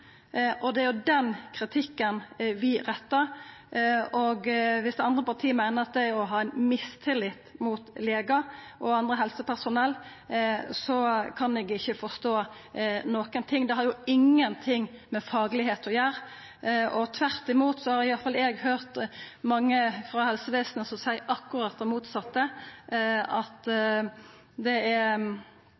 Det er den kritikken vi rettar. Viss andre parti meiner at det er å ha mistillit mot legar og anna helsepersonell, da kan eg ikkje forstå noko. Det har ingen ting med det faglege å gjere. Tvert imot har i alle fall eg høyrt mange frå helsevesenet seia akkurat det motsette, at det